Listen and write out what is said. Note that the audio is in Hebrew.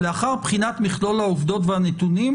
לאחר בחינת מכלול העובדות והנתונים,